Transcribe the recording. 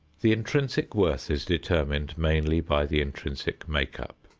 the intrinsic worth is determined mainly by the intrinsic make-up.